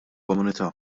komunità